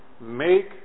make